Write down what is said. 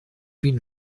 been